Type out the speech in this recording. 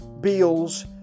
Beals